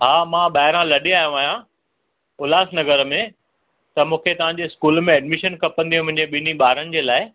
हा मां ॿाहिरां लॾे आयो आहियां उल्हास नगर में त मूंखे तव्हां जे स्कूल में एडमिशन खपंदी हुई मुंहिंजे ॿिनि ॿारनि जे लाइ